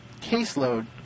caseload